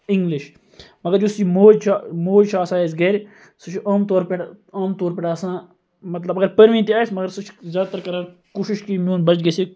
English مگر یُس یہِ موج چھِ موج چھِ آسان اَسہِ گَرِ سُہ چھُ عام طور پیٚٹھ عام طور پیٚٹھ آسان مَطلَب اگر پٔرویٖن تہِ آسہِ مگر سُہ چھُ زیاد تر کَران کوٗشِش کہِ میٛون بَچہِ گَژھِ